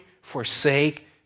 forsake